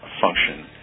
function